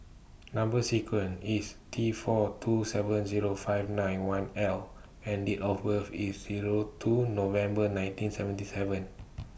Number sequence IS T four two seven Zero five nine one L and Date of birth IS Zero two November nineteen seventy seven